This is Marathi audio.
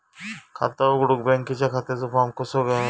खाता उघडुक बँकेच्या खात्याचो फार्म कसो घ्यायचो?